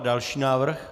Další návrh?